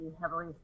heavily